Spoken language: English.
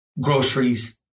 groceries